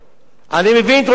אני מבין את ראש הממשלה.